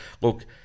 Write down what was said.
look –